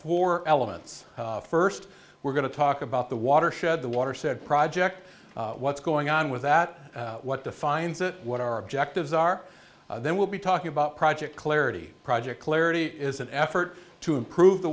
four elements first we're going to talk about the watershed the water said project what's going on with that what defines it what our objectives are then we'll be talking about project clarity project clarity is an effort to improve the